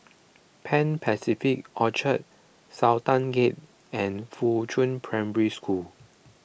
Pan Pacific Orchard Sultan Gate and Fuchun Primary School